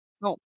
No